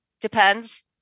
depends